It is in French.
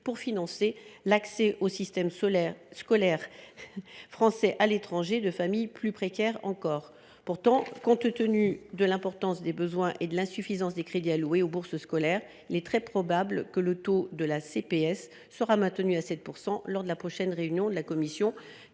pour financer l’accès au système scolaire français à l’étranger de familles plus précaires encore. Pourtant, compte tenu de l’importance des besoins et de l’insuffisance des crédits alloués aux bourses scolaires, il est très probable que le taux de la CPS sera maintenu à 7 % lors de la prochaine réunion de la commission,